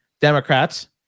Democrats